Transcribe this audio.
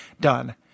Done